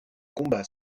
combat